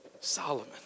Solomon